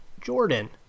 Jordan